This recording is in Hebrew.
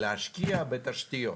להשקיע בתשתיות,